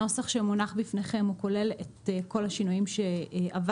הנוסח שמונח בפניכם הוא כולל את כל השינויים שעבדנו